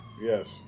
Yes